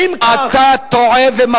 אני רוצה לראות, אם כך, אתה טועה ומטעה.